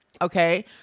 Okay